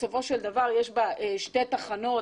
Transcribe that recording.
בסופו של דבר יש שתי תחנות.